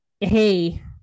hey